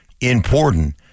important